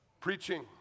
preaching